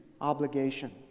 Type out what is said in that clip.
obligation